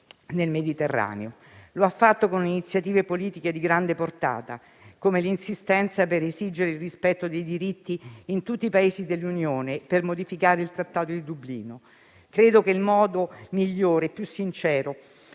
nel Mediterraneo. Lo ha fatto con iniziative politiche di grande portata, come l'insistenza per esigere il rispetto dei diritti in tutti i Paesi dell'Unione e per modificare il Regolamento di Dublino. Credo che il modo migliore e più sincero